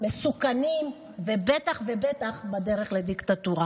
מסוכנים ובטח ובטח בדרך לדיקטטורה.